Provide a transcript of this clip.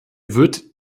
wird